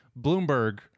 Bloomberg